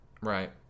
Right